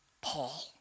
Paul